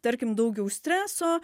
tarkim daugiau streso